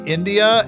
India